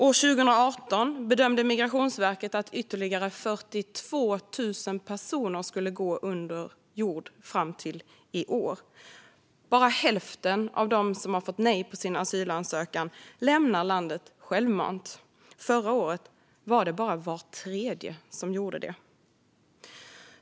År 2018 bedömde Migrationsverket att ytterligare 42 000 personer skulle gå under jorden fram till i år. Bara hälften av dem som har fått nej på sin asylansökan lämnar landet självmant. Förra året var det bara var tredje som gjorde det.